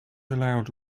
allowed